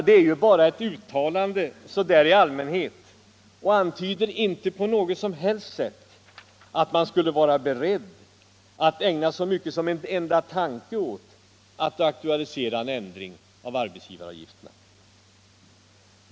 Det är ju bara ett uttalande så där i allmänhet och antyder inte på något som helst sätt att man skulle vara beredd att ägna så mycket som en enda tanke åt att aktualisera en ändring av arbetsgivaravgifterna.